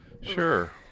Sure